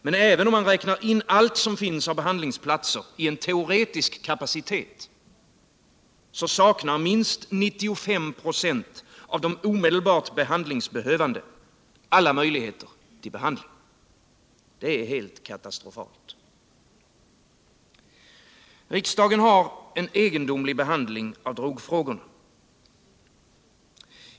Men även om man räknar in allt som finns av behandlingsplatser i en teoretisk kapacitet, saknar minst 95 96 av de omedelbart behandlingsbehövande alla möjligheter till behandling. Det är helt katastrofalt. Riksdagen har en egendomlig behandling av drogfrågorna.